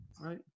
right